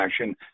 action